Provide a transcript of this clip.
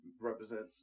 represents